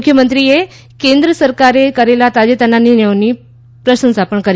મુખ્યમંત્રીએ કેન્દ્ર સરકારે કરેલા તાજેતરના નિર્ણયોની પ્રશંસા કરી